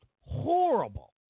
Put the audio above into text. horrible